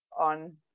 on